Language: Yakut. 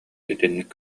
итинник